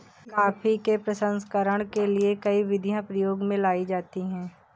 coffee के प्रसंस्करण के लिए कई विधियां प्रयोग में लाई जाती हैं